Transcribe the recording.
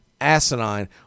asinine